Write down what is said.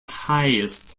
highest